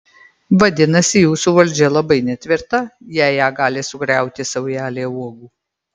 vadinasi jūsų valdžia labai netvirta jei ją gali sugriauti saujelė uogų